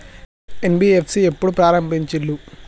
NBFC ఎప్పుడు ప్రారంభించిల్లు?